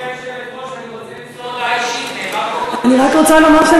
גברתי היושבת-ראש, אני רוצה למסור הודעה אישית.